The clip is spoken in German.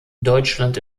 deutschland